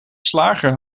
slager